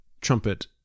trumpet